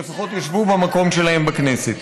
שלפחות ישבו במקום שלהם בכנסת.